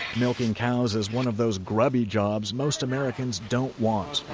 milking cows is one of those grubby jobs most americans don't want.